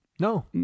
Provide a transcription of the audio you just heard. No